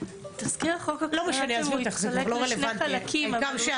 תזכיר החוק הקודם מתחלק לשני חלקים -- לא משנה,